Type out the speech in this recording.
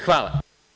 Hvala.